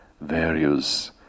various